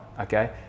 Okay